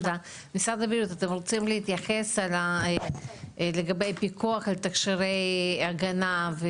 משרד הבריאות אתם רוצים להתייחס לגבי פיקוח על תכשירי הגנה?